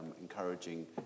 encouraging